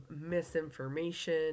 misinformation